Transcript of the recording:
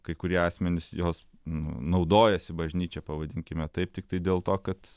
kai kurie asmenys jos naudojasi bažnyčia pavadinkime taip tiktai dėl to kad